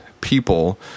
people